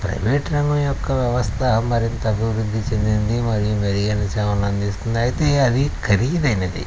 private రంగం యొక్క వ్యవస్థ మరింత అభివృద్ధి చెందింది మరియు మెరుగైన సేవలను అందిస్తుంది అయితే అది ఖరీదైనది